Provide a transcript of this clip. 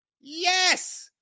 yes